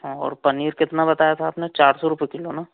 अच्छा और पनीर कितना बताया था आपने चार सौ रुपये किलो ना